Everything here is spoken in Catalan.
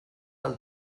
del